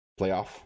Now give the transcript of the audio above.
Playoff